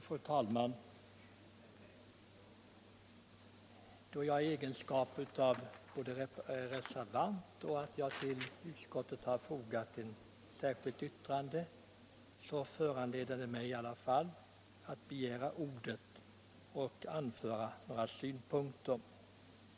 Fru talman! Att jag är reservant och att jag till utskottsbetänkandet har fogat ett särskilt yttrande föranleder mig att begära ordet och anföra några synpunkter.